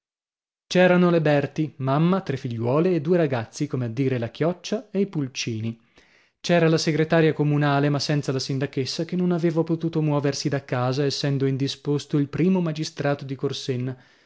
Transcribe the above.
conta c'erano le berti mamma tre figliuole e due ragazzi come a dire la chioccia e i pulcini c'era la segretaria comunale ma senza la sindachessa che non aveva potuto muoversi da casa essendo indisposto il primo magistrato di corsenna